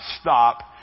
stop